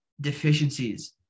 deficiencies